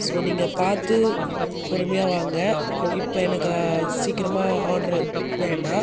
so நீங்கள் பார்த்து பொறுமையாக வாங்க இப்போ எனக்கு சீக்கிரமாக ஆர்டர் வேண்டாம்